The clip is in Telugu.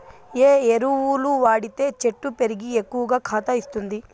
ఏ ఎరువులు వాడితే చెట్టు పెరిగి ఎక్కువగా కాత ఇస్తుంది?